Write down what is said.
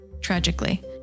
tragically